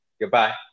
Goodbye